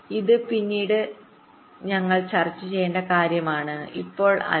ഇത് ഞങ്ങൾ പിന്നീട് ചർച്ചചെയ്യേണ്ട കാര്യമാണ് ഇപ്പോൾ അല്ല